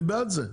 אני בעד זה.